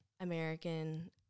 American